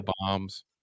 bombs